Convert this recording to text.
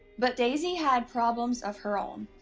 but daisie had problems of her own.